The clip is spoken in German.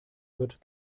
wird